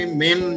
main